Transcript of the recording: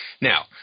Now